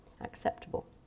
acceptable